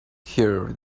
her